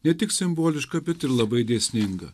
ne tik simboliška bet ir labai dėsninga